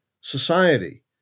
society